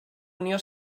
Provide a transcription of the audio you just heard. unió